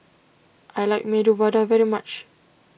I like Medu Vada very much